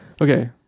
Okay